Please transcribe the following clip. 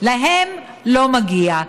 להם לא מגיע.